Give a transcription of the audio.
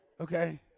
Okay